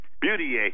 Beauty